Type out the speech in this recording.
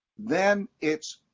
then it's,